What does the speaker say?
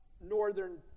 northern